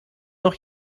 noch